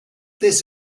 this